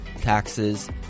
taxes